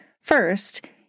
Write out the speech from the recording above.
First